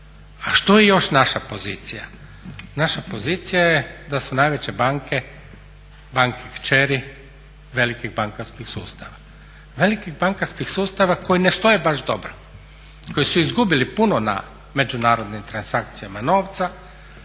A što je još naša pozicija? Naša pozicija je da su najveće banke, banke kćeri velikih bankarskih sustava koji ne stoje baš dobro, koji su izgubili puno na međunarodnim transakcijama novca